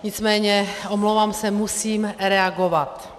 Nicméně, omlouvám se, musím reagovat.